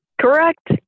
Correct